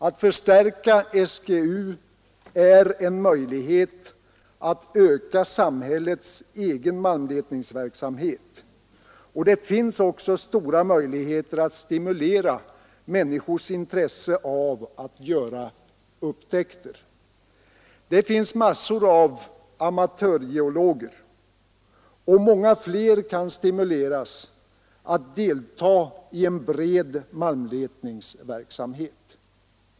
Att förstärka SGU är en möjlighet att öka samhällets egen malmletningsverksamhet. Det finns också stora möjligheter att stimulera människors intresse av att göra upptäckter. Det finns massor av amatörgeologer, och många fler kan stimuleras att delta i en bred malmletningsverksamhet.